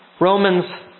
Romans